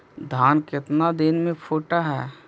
धान केतना दिन में फुट है?